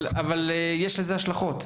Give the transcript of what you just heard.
אבל יש לזה השלכות.